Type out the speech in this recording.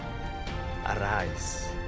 arise